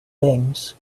things